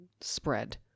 spread